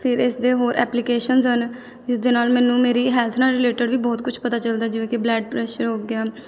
ਫਿਰ ਇਸਦੇ ਹੋਰ ਐਪਲੀਕੇਸ਼ਨਸ ਹਨ ਜਿਸ ਦੇ ਨਾਲ਼ ਮੈਨੂੰ ਮੇਰੀ ਹੈਲਥ ਨਾਲ ਰਿਲੇਟਡ ਵੀ ਬਹੁਤ ਕੁਛ ਪਤਾ ਚੱਲਦਾ ਜਿਵੇਂ ਕਿ ਬਲੱਡ ਪ੍ਰੈਸ਼ਰ ਹੋ ਗਿਆ